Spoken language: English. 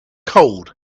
cold